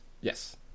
Yes